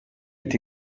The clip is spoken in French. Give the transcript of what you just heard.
est